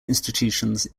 institutions